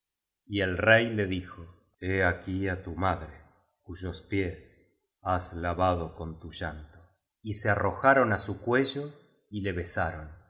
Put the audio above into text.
y el rey le dijo t he aquí á tu madre cuyos píes has lavado con tu llanto y se arrojaron á su cuello y le besaron